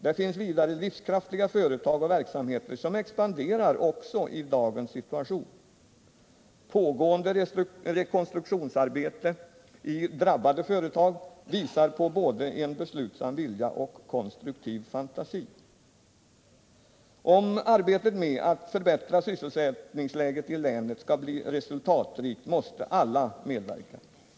Det finns vidare livskraftiga företag och verksamheter som expanderar också i dagens situation. Pågående återuppbyggnadsarbete i drabbade företag visar på både en beslutsam vilja och konstruktiv fantasi. Om arbetet med att förbättra sysselsättningsläget i länet skall bli resultatrikt måste alla medverka.